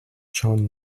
john